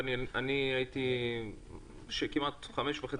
אבל אני הייתי עצמאי כמעט חמש שנים וחצי.